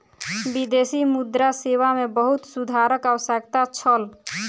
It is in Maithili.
विदेशी मुद्रा सेवा मे बहुत सुधारक आवश्यकता छल